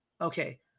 okay